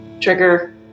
trigger